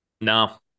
No